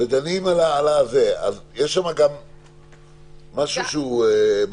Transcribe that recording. ודנים על זה, יש גם משהו שמרתיע?